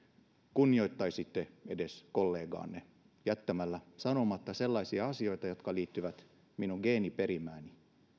kunnioittaisitte edes kollegaanne jättämällä sanomatta sellaisia asioita jotka liittyvät minun geeniperimääni